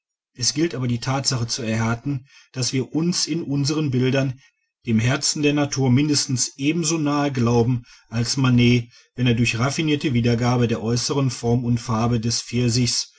es gilt aber die tatsache zu erhärten daß wir uns in unseren bildern dem herzen der natur mindestens ebenso nahe glauben als manet wenn er durch raffinierte wiedergabe der äußeren form und farbe des pfirsichs